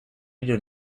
did